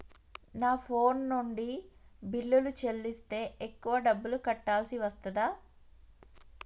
నా ఫోన్ నుండి బిల్లులు చెల్లిస్తే ఎక్కువ డబ్బులు కట్టాల్సి వస్తదా?